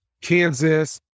Kansas